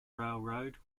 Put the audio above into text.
railroad